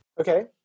Okay